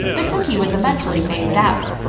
the cookie was eventually phased out.